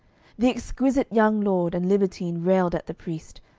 the exquisite young lord and libertine railed at the priest,